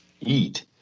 eat